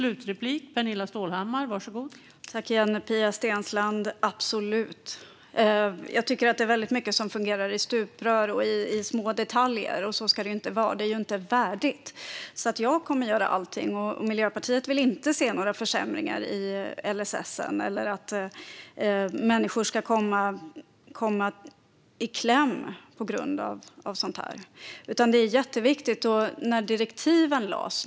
Fru talman! Absolut, Pia Steensland! Det är väldigt mycket som fungerar i stuprör och i små detaljer, och så ska det inte vara. Det är inte värdigt. Jag kommer att göra allting. Miljöpartiet vill inte se några försämringar i LSS eller att människor kommer i kläm på grund av sådant här. Det är jätteviktigt.